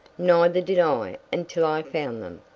neither did i until i found them,